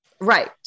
Right